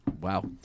wow